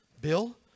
Bill